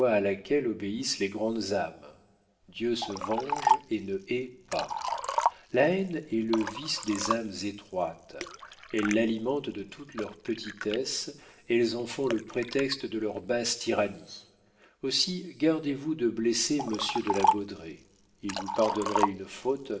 à laquelle obéissent les grandes âmes dieu se venge et ne hait pas la haine est le vice des âmes étroites elles l'alimentent de toutes leurs petitesses elles en font le prétexte de leurs basses tyrannies aussi gardez-vous de blesser monsieur de la baudraye il vous pardonnerait une faute